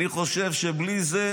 אני חושב שבלי זה,